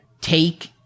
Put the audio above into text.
take